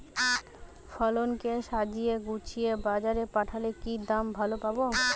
ফসল কে সাজিয়ে গুছিয়ে বাজারে পাঠালে কি দাম ভালো পাব?